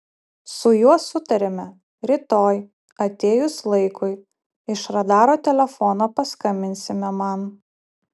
su juo sutarėme rytoj atėjus laikui iš radaro telefono paskambinsime man